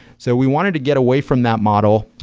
so we wanted to get away from that model,